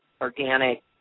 organic